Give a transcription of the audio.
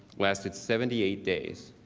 lasted seventy eight days.